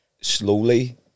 slowly